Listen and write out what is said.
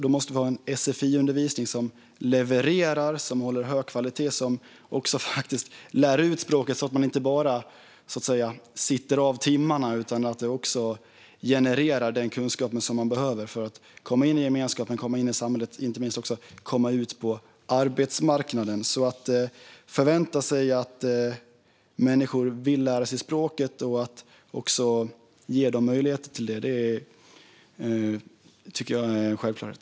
Då måste vi ha en sfi-undervisning som levererar, som håller hög kvalitet och som faktiskt också lär ut språket så att man inte bara så att säga sitter av timmarna utan att undervisningen också genererar den kunskap som man behöver för att komma in i gemenskapen och in i samhället och inte minst för att komma ut på arbetsmarknaden. Att förvänta sig att människor vill lära sig språket och att också ge dem möjlighet till det tycker jag är en självklarhet.